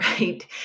right